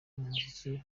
umuziki